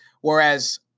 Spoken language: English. Whereas